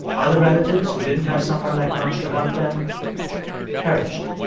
other relatives who didn't have someone like macs to help them perished